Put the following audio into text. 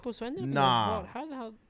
Nah